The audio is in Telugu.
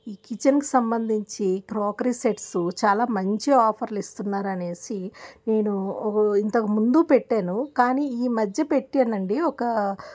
ఈ కిచెన్ సంబంధించి క్రోకరి సెట్సు చాలా మంచి ఆఫర్లు ఇస్తున్నారనేసి నేను ఇంతకుముందు పెట్టాను కానీ ఈ మధ్య పెట్టానండి ఒక